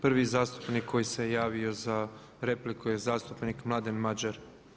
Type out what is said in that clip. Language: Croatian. Prvi zastupnik koji se javio za repliku je zastupnik Mladen Mađer.